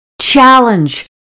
Challenge